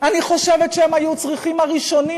אני חושבת שהם היו צריכים הראשונים,